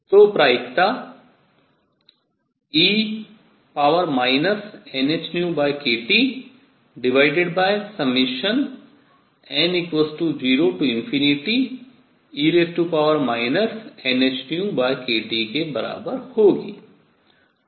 तो प्रायिकता e nhνkTn0e nhνkT के बराबर होगी